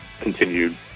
continued